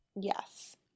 Yes